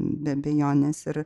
be abejonės ir